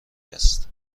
است